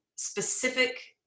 specific